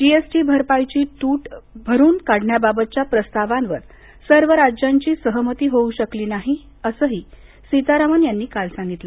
GST भरपाईची तूट भरून काढण्याबाबतच्या प्रस्तावांवर सर्व राज्यांची सहमती होऊ शकली नाही असंही सीतारामन यांनी काल सांगितलं